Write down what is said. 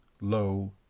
low